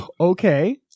Okay